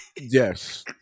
Yes